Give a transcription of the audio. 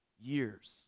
Years